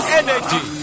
energy